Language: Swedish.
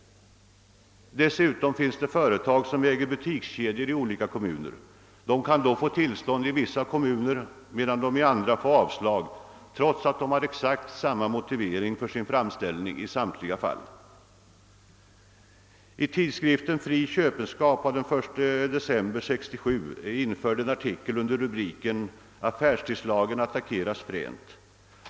Dessutom finns det företag, som äger butikskedjor i olika kommuner. De kan då få tillstånd i vissa kommuner, medan de i andra får avslag, trots aått de har exakt samma skäl för sin framställning i samtliga fall. I tidskriften Fri Köpenskap av den 1 december 1967 är införd en artikel under rubriken »Affärstidslagen attackeras fränt».